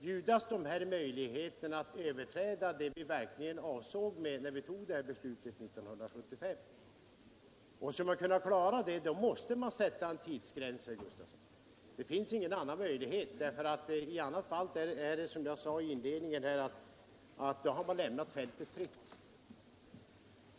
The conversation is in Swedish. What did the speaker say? erbjudas möjligheter att överträda de bestämmelser som vi avsåg skulle gälla när vi fattade beslutet 1975. För att kunna klara det måste man sätta en tidsgräns, herr Gustafsson; det finns inte någon annan möjlighet. I annat fall har man, som jag sade i mitt inledningsanförande, lämnat fältet fritt.